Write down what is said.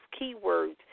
keywords